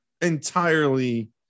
entirely